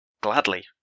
Gladly